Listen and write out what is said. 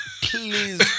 please